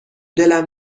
دلم